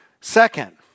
Second